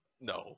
No